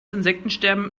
insektensterben